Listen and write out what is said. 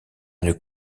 une